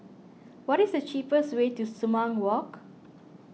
what is the cheapest way to Sumang Walk